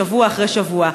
שבוע אחרי שבוע.